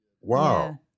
wow